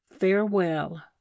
farewell